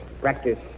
practice